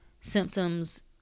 Symptoms